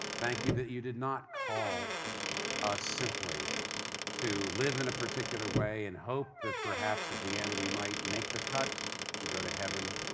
thank you that you did not call us simply to live in a particular way and hope that perhaps, at the end, we might make the cut and go to heaven.